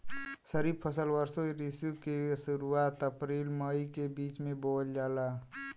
खरीफ फसल वषोॅ ऋतु के शुरुआत, अपृल मई के बीच में बोवल जाला